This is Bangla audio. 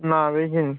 না বেচিনি